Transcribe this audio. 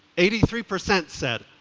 eighty three percent said,